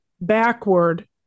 backward